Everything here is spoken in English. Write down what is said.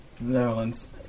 Netherlands